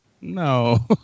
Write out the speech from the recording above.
No